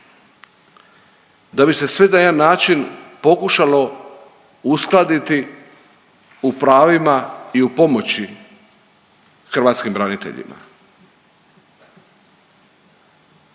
da bi se sve na jedan način pokušalo uskladiti u pravima i u pomoći hrvatskim braniteljima